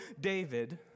David